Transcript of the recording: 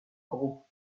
gros